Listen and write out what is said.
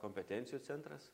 kompetencijų centras